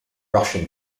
russian